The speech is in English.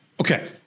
Okay